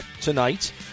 tonight